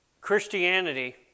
Christianity